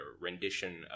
rendition